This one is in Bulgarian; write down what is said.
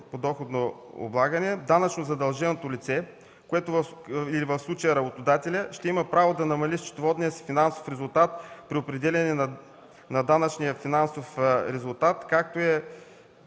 подоходно облагане, данъчно задълженото лице, или в случая работодателят, ще има право да намали счетоводния си финансов резултат при определяне на данъчния финансов резултат, когато е